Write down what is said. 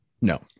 No